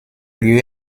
lieu